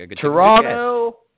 Toronto